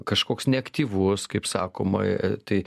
kažkoks neaktyvus kaip sakoma tai